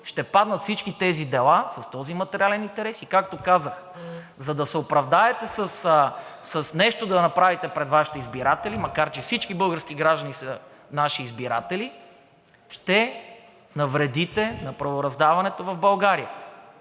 дава сигнал, че времето е изтекло.) Както казах, за да се оправдаете и нещо да направите пред Вашите избиратели, макар че всички български граждани са наши избиратели, ще навредите на правораздаването в България.